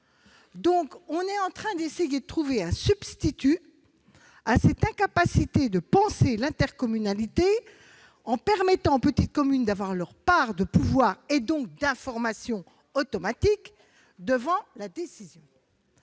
sentir entendue. Nous essayons de trouver un substitut à cette incapacité de penser l'intercommunalité en permettant aux petites communes d'avoir leur part de pouvoir, et donc d'information automatique devant la décision.